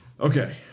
Okay